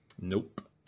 Nope